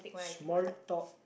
small talk